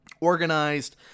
organized